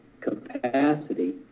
capacity